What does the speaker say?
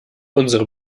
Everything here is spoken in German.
unsere